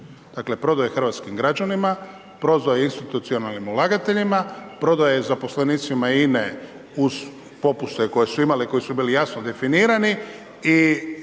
Dakle prodao je hrvatskim građanima, prodao je institucionalnim ulagateljima, prodao je zaposlenicima INA-e uz popuste koje su imali i koji su bili jasno definirani